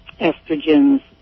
estrogens